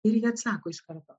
ir ji atsako iš karto